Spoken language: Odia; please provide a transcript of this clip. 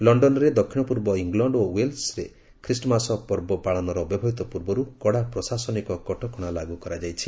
ଲକ୍ତନରେ ଦକ୍ଷିଣପୂର୍ବ ଙ୍ଗଲଣ୍ଡ ଓ ୱେଲ୍ସରେ ଖ୍ରୀଷ୍ଟମାସ ପର୍ବ ପାଳନର ଅବ୍ୟବହିତ ପୂର୍ବରୁ କଡ଼ା ପ୍ରଶାସନିକ କଟକଣା ଲାଗୁ କରାଯାଇଛି